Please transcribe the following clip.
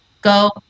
Go